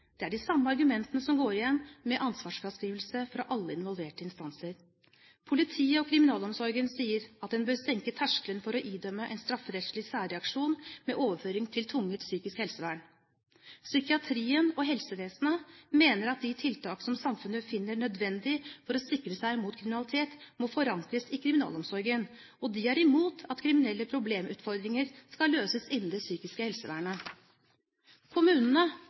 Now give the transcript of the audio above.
Det er de samme argumentene som går igjen, med ansvarsfraskrivelse fra alle involverte instanser. Politiet og kriminalomsorgen sier at en bør senke terskelen for å idømme en strafferettslig særreaksjon med overføring til tvungent psykisk helsevern. Psykiatrien og helsevesenet mener at de tiltak som samfunnet finner nødvendige for å sikre seg mot kriminalitet, må forankres i kriminalomsorgen, og de er imot at kriminelle problemutfordringer skal løses innen det psykiske